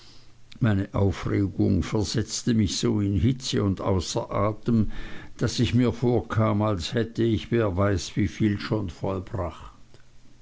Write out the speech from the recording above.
meine aufregung versetzte mich so in hitze und außer atem daß ich mir vorkam als hätte ich wer weiß wieviel schon vollbracht